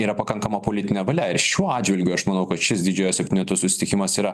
yra pakankama politinė valia ir šiuo atžvilgiu aš manau kad šis didžiojo septyneto susitikimas yra